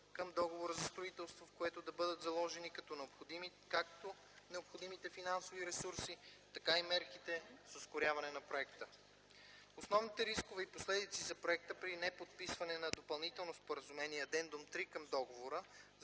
към Договора за строителство, в което да бъдат заложени както необходимите финансови ресурси, така и мерките за ускоряване на проекта. Основните рискове и последици за проекта при неподписване на допълнително споразумение – Адендум 3 към Договора